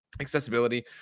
accessibility